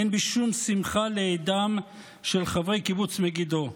אין בי שום שמחה לאידם של חברי קיבוץ מגידו,